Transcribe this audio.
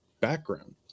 background